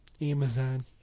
Amazon